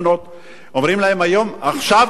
אומרים להם היום: עכשיו תעשו תוכניות.